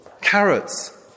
carrots